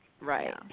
Right